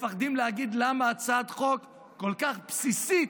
מפחדים להגיד למה הצעת חוק כל כך בסיסית,